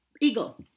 Eagle